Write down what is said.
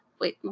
Wait